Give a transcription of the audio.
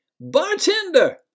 Bartender